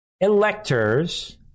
electors